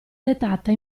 dettata